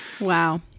Wow